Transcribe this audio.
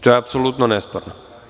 To je apsolutno nesporno.